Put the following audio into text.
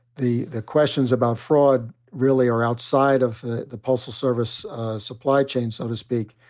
the the questions about fraud really are outside of the postal service supply chain, so to speak.